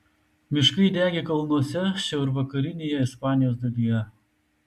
miškai degė kalnuose šiaurvakarinėje ispanijos dalyje